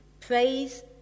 Praise